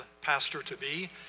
pastor-to-be